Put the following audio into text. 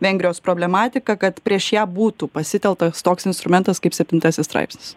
vengrijos problematiką kad prieš ją būtų pasitelktas toks instrumentas kaip septintasis straipsnis